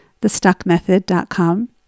thestuckmethod.com